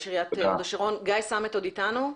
גיא סמט עוד איתנו?